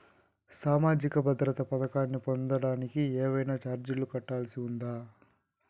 సామాజిక భద్రత పథకాన్ని పొందడానికి ఏవైనా చార్జీలు కట్టాల్సి ఉంటుందా?